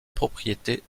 propriété